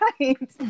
right